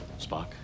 Spock